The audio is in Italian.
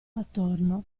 attorno